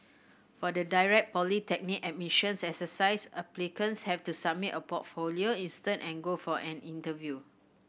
for the direct polytechnic admissions exercise applicants have to submit a portfolio instead and go for an interview